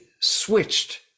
switched